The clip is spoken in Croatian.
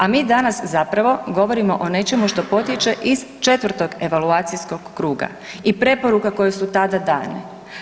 A mi danas zapravo govorimo o nečemu što potječe iz 4. evaluacijskog kruga i preporuka koje su tada dane.